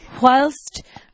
whilst